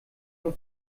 nur